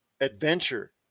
adventure